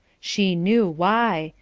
she knew why.